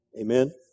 Amen